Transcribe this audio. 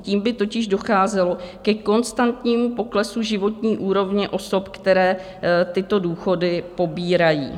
Tím by totiž docházelo ke konstantnímu poklesu životní úrovně osob, které tyto důchody pobírají.